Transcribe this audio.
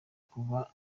kuba